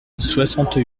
soixante